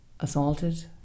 assaulted